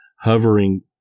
hovering